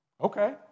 okay